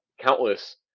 countless